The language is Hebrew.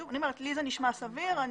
זה נשמע סביר.